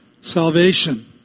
salvation